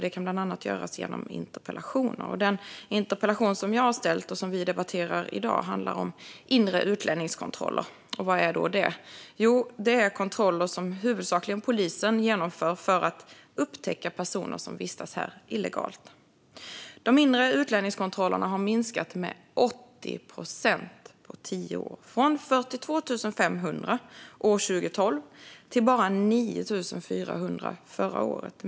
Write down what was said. Det kan bland annat göras genom interpellationer. Den interpellation som jag har ställt och som vi debatterar i dag handlar om inre utlänningskontroller. Vad är då det? Jo, det är kontroller som huvudsakligen polisen genomför för att upptäcka personer som vistas här illegalt. De inre utlänningskontrollerna har minskat med 80 procent på tio år, från 42 500 år 2012 till bara 9 400 förra året.